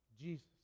Jesus